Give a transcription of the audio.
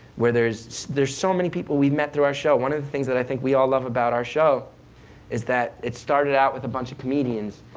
where there's there's so many people we've met through our show. one of the things that i think we all love about our show is that it started out with a bunch of comedians,